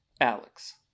alex